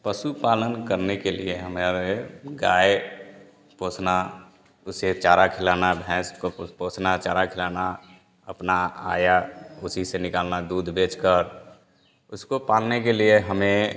पशुपालन करने के लिए हमारे गाय पोसना उसे चारा खिलाना भैंस को पोसना चारा खिलाना अपना आया उसी से निकलना दूध बेचकर उसको पालने के लिए हमें